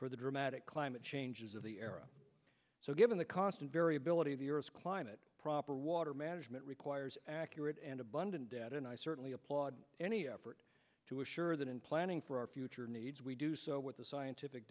for the dramatic climate changes of the era so given the cost of variability of the earth's climate proper water management requires accurate and abundant data and i certainly applaud any effort to assure that in planning for our future needs we do so with the scientific